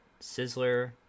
sizzler